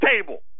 table